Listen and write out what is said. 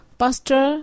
pastor